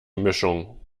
mischung